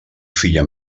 filla